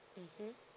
mmhmm